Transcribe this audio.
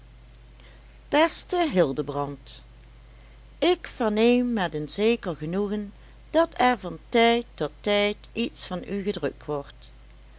beste hildebrand ik verneem met een zeker genoegen dat er van tijd tot tijd iets van u gedrukt wordt